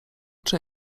czy